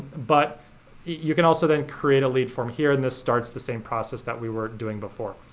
but you can also then create a lead form here and this starts the same process that we were doing before.